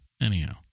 anyhow